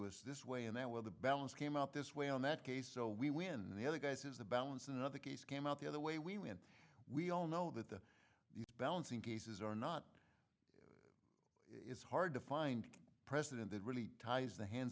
us this way and that where the balance came out this way on that case so we when the other guy says the balance another case came out the other way we went we all know that the the balancing cases are not is hard to find a president that really ties the hands